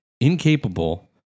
incapable